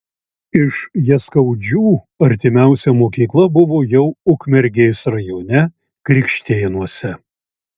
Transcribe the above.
iš jaskaudžių artimiausia mokykla buvo jau ukmergės rajone krikštėnuose